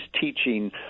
teaching